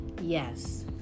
Yes